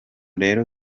rero